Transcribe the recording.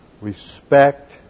respect